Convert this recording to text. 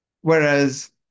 Whereas